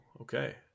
okay